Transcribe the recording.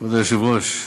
כבוד היושב-ראש,